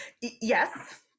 Yes